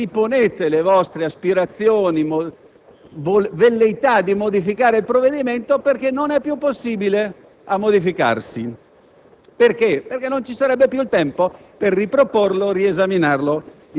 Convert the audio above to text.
A questo punto, cari parlamentari, riponete le vostre aspirazioni o velleità di modificarlo perché non è più possibile, dal